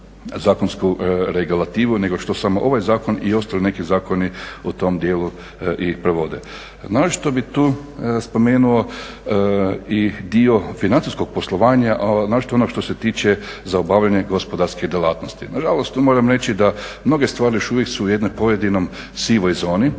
Naročito bih tu spomenuo i dio financijskog poslovanja, a naročito ono što se tiče za obavljanje gospodarske djelatnosti. Nažalost, tu moram reći da mnoge stvari još uvijek su u jednoj pojedinoj sivoj zoni